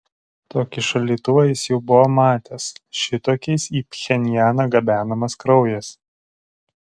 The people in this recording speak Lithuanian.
tokį šaldytuvą jis jau buvo matęs šitokiais į pchenjaną gabenamas kraujas